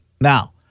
Now